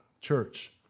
church